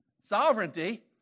Sovereignty